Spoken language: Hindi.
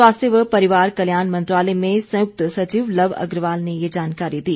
स्वास्थ्य व परिवार कल्याण मंत्रालय में संयुक्त सचिव लव अग्रवाल ने यह जानकारी दी